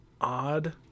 odd